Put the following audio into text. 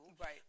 right